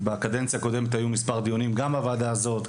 בקדנציה הקודמת היו מספר דיונים גם בוועדה הזאת,